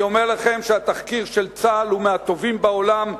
אני אומר לכם שהתחקיר של צה"ל הוא מהטובים בעולם,